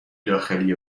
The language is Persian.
داخلی